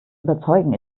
überzeugen